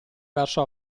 verso